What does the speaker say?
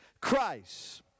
Christ